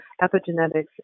epigenetics